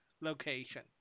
location